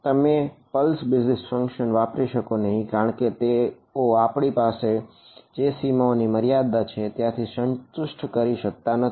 તમે pulse bases function વાપરી શકો નહિ કારણ કે તેઓ આપણી પાસે જે સીમાઓની મર્યાદા છે તેને સંતુષ્ટ કરી શકતા નથી